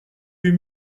huit